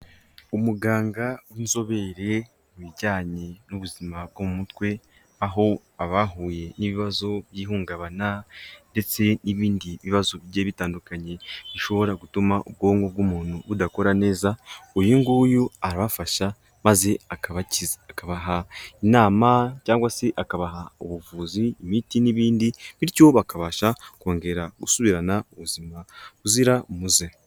Umuganga w'inzobere mu bijyanye n'ubuzima bw'umutwe, aho abahuye n'ibibazo by'ihungabana ndetse n'ibindi bibazo bye bitandukanye bishobora gutuma ubwonko bw'umuntu budakora neza, uyu nguyu arabafasha maze akabakiza akabaha inama cyangwa se akabaha ubuvuzi imiti n'ibindi bityo bakabasha kongera gusubirana ubuzima buzira umuze.